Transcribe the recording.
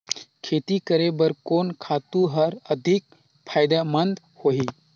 खेती करे बर कोन खातु हर अधिक फायदामंद होही?